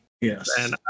Yes